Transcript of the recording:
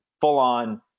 full-on